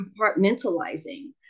compartmentalizing